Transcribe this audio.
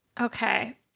Okay